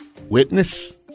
Witness